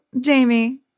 Jamie